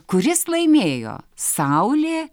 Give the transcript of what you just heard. kuris laimėjo saulė